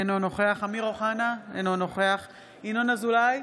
אינו נוכח אמיר אוחנה, אינו נוכח ינון אזולאי,